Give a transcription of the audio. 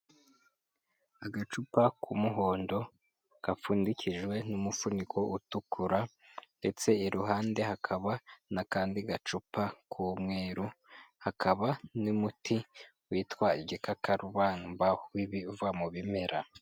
Agacupa k'umuhondo gapfundikijwe n'umufuniko utukura ndetse iruhande hakaba n'akandi gacupa k'umweru, hakaba n'umuti witwa igikakarubamba w'ibiva mu bimera.